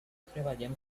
treballem